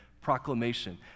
proclamation